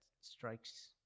strikes